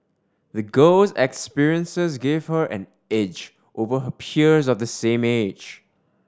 the girl's experiences gave her an edge over her peers of the same age